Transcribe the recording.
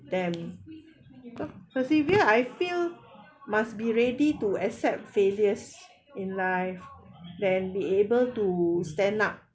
them per~ persevere I feel must be ready to accept failures in life then be able to stand up